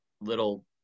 little